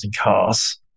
cars